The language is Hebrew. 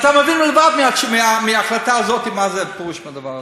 אתה מבין לבד מההחלטה הזאת מה פירוש הדבר הזה.